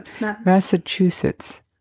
Massachusetts